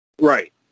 Right